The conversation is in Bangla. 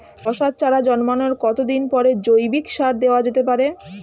শশার চারা জন্মানোর কতদিন পরে জৈবিক সার দেওয়া যেতে পারে?